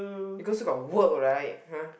because got work right !huh!